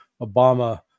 Obama